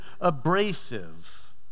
abrasive